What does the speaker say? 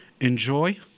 enjoy